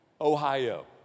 Ohio